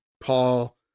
Paul